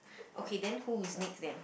okay then who is next then